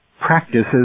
practices